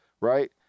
right